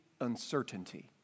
uncertainty